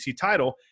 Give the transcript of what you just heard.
title